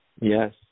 Yes